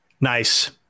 Nice